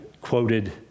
quoted